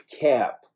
cap